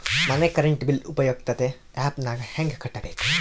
ಮನೆ current bill ಉಪಯುಕ್ತತೆ app ನಾಗ ಹೆಂಗ ಕಟ್ಟಬೇಕು?